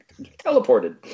teleported